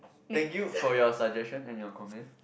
thank you for your suggestion and your comment